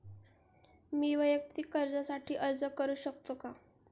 मी वैयक्तिक कर्जासाठी अर्ज करू शकतो का?